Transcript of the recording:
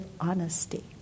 honesty